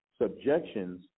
subjections